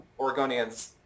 Oregonians